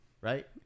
right